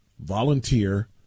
Volunteer